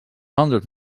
hundred